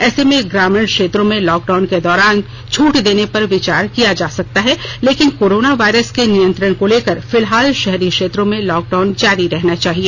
ऐसे में ग्रामीण क्षेत्रों में लॉकडाउन के दौरान छूट देने पर विचार किया जा सकता है लेकिन कोरोना वायरस के नियंत्रण को लेकर फिलहाल शहरी क्षेत्रों में लॉकडाउन जारी रहना चाहिए